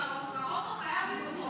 מרוקו, חייבים לזכות.